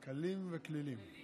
קלים וקלילים.